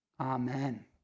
Amen